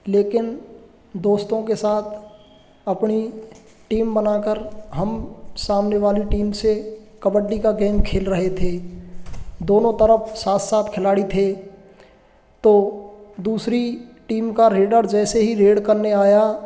लेकिन दोस्तों के साथ अपनी टीम बनाकर हम सामने वाली टीम से कबड्डी का गेम खेल रहे थे दोनों तरफ सात सात खिलाड़ी थे तो दूसरी टीम का रीडर जैसे ही रेड करने आया